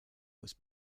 was